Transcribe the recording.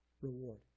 reward